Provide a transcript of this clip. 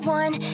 one